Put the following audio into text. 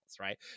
right